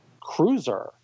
cruiser